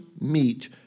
meet